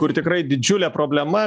kur tikrai didžiulė problema